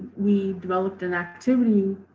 we developed an activity